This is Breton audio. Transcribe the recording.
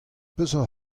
peseurt